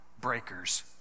breakers